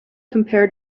compare